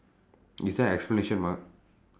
is there exclamation mark